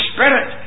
Spirit